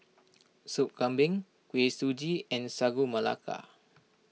Soup Kambing Kuih Suji and Sagu Melaka